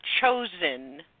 chosen